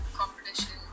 competition